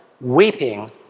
weeping